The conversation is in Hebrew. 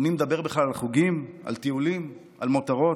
ומי מדבר בכלל על חוגים, על טיולים, על מותרות.